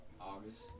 August